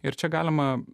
ir čia galima